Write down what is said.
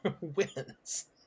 Wins